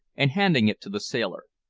and handing it to the sailor,